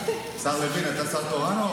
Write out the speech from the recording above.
איפה השר התורן?